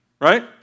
right